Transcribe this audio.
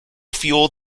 fuelled